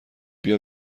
بیا